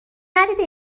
ندیده